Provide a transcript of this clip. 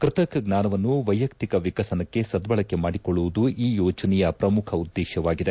ಕೃತಕ ಜ್ಞಾನವನ್ನು ವೈಯಕ್ತಿಕ ವಿಕಸನಕ್ಕೆ ಸದ್ಧಳಕೆ ಮಾಡಿಕೊಳ್ಳುವುದು ಈ ಯೋಜನೆಯ ಪ್ರಮುಖ ಉದ್ದೇಶವಾಗಿದೆ